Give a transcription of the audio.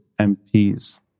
MPs